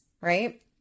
right